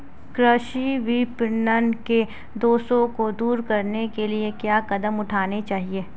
कृषि विपणन के दोषों को दूर करने के लिए क्या कदम उठाने चाहिए?